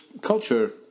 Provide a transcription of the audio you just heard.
culture